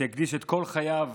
שהקדיש את כל חייו